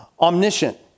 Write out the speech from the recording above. omniscient